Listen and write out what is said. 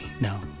No